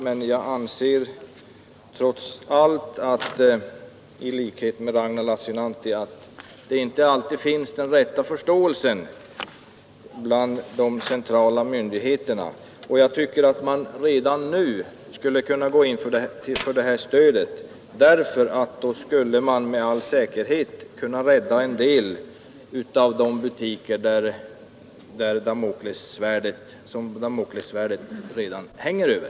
Men jag anser trots allt, i likhet med Ragnar Lassinantti, att den rätta förståelsen inte alltid finns inom de centrala myndigheterna. Jag tycker att man redan nu skulle kunna gå in för det här stödet, för då skulle man med all säkerhet kunna rädda en del av de butiker som damoklessvärdet redan hänger över.